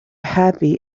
happy